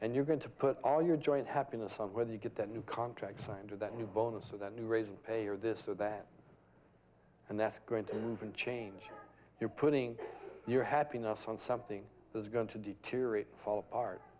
and you're going to put all your joint happiness on whether you get that new contract signed or that you bonus or the new raise in pay or this or that and that's going to change you're putting your happiness on something that's going to deteriorate fall apart